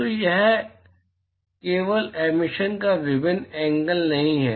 तो यह यहाँ केवल एमिशन का अभिन्न अंग नहीं है